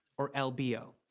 or lbo.